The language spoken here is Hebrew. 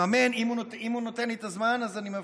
לממן, אם הוא נותן לי את הזמן, אז אני מאפשר.